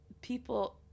people